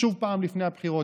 שוב לפני הבחירות.